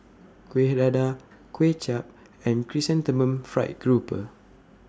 Kuih Dadar Kuay Chap and Chrysanthemum Fried Grouper